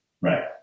Right